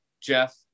Jeff